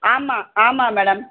ஆமாம் ஆமாம் மேடம்